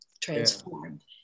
transformed